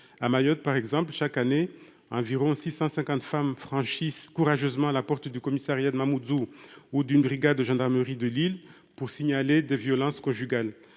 À Mayotte, par exemple, chaque année, environ 650 femmes franchissent courageusement la porte du commissariat de Mamoudzou ou d'une brigade de gendarmerie de l'île pour signaler des violences conjugales.